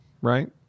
right